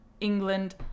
england